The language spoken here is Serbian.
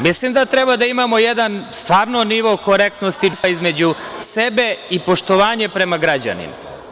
Mislim da treba da imamo stvarno jedan nivo korektnosti, džentlmenstva između sebe i poštovanje prema građanima.